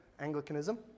Anglicanism